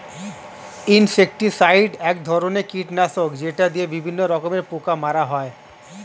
insecticide এক ধরনের কীটনাশক যেটা দিয়ে বিভিন্ন রকমের পোকা মারা হয়